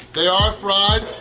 they are fried,